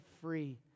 free